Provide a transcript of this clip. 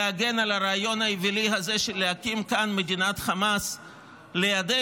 להגן על הרעיון האווילי הזה של להקים כאן מדינת חמאס לידינו,